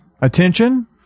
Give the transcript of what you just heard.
Attention